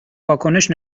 واکنش